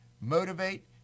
motivate